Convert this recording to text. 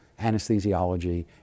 anesthesiology